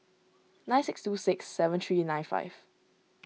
nine six two six seven three nine five